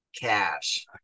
Cash